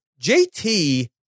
JT